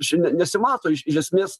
šiandien nesimato iš iš esmės